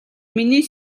миний